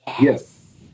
Yes